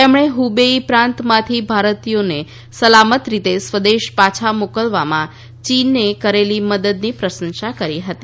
તેમણે હ્બેઈ પ્રાંતમાંથી ભારતીયોને સલામત રીતે સ્વદેશ પાછા મોકલવામાં ચીને કરેલી મદદની પ્રશંસા કરી હતી